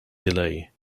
delay